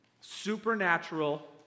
supernatural